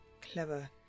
clever